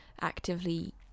actively